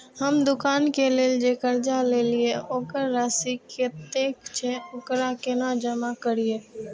हम दुकान के लेल जे कर्जा लेलिए वकर राशि कतेक छे वकरा केना जमा करिए?